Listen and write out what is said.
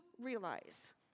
realize